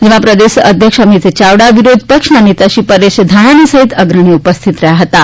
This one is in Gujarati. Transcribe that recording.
જેમાં પ્રદેશ અધ્યક્ષ અમિત યાવડા વિરોધપક્ષના નેતા શ્રી પરેશ ધાનાણી સહિત અગ્રણીઓ ઉપસ્થિત રહ્યાં હતાં